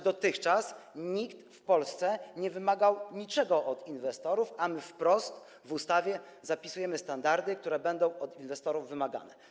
Dotychczas nikt w Polsce nie wymagał niczego od inwestorów, a my wprost w ustawie zapisujemy standardy, które będą od inwestorów wymagane.